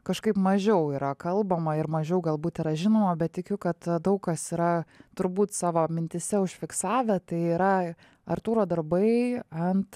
kažkaip mažiau yra kalbama ir mažiau galbūt yra žinoma bet tikiu kad daug kas yra turbūt savo mintyse užfiksavę tai yra artūro darbai ant